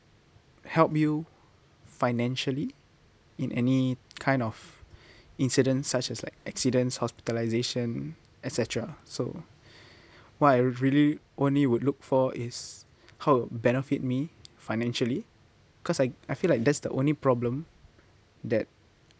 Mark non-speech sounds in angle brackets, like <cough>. help you financially in any kind of incidents such as like accidents hospitalisation etcetera so <breath> what I really only would look for is how it benefit me financially cause I I feel like that's the only problem that